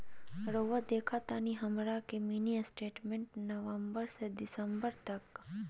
रहुआ देखतानी हमरा के मिनी स्टेटमेंट नवंबर से दिसंबर तक?